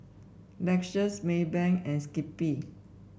Lexus Maybank and Skippy